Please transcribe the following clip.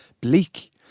Bleak